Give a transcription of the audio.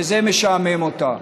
וזה משעמם אותה.